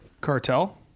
Cartel